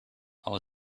our